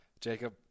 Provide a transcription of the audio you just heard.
jacob